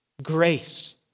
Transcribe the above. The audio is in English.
Grace